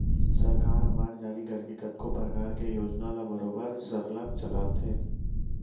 सरकार ह बांड जारी करके कतको परकार के योजना ल बरोबर सरलग चलाथे